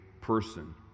person